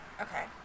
Okay